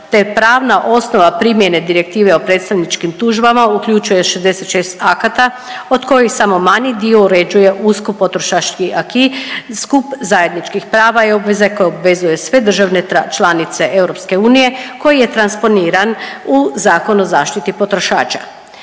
te pravna osnova primjene Direktive o predstavničkim tužbama uključuje 66 akata od kojih samo manji dio uređuje uski potrošački AKI, skup zajedničkih prava i obveze koje obvezuje sve državne članice EU koji je transponiran u Zakon o zaštiti potrošača.